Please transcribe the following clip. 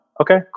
Okay